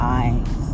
eyes